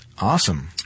Awesome